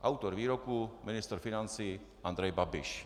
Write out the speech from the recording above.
Autor výroku ministr financí Andrej Babiš.